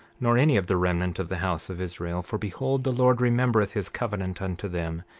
nor any of the remnant of the house of israel for behold, the lord remembereth his covenant unto them,